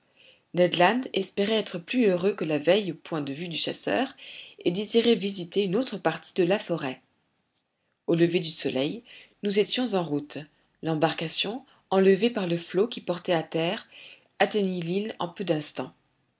land espérait être plus heureux que la veille au point de vue du chasseur et désirait visiter une autre partie de la forêt au lever du soleil nous étions en route l'embarcation enlevée par le flot qui portait à terre atteignit l'île en peu d'instants